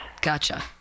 Gotcha